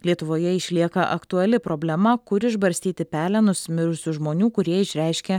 lietuvoje išlieka aktuali problema kur išbarstyti pelenus mirusių žmonių kurie išreiškia